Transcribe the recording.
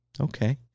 okay